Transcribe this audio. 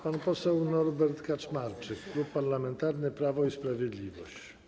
Pan poseł Norbert Kaczmarczyk, Klub Parlamentarny Prawo i Sprawiedliwość.